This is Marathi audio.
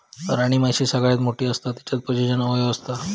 राणीमाशी सगळ्यात मोठी असता तिच्यात प्रजनन अवयव असता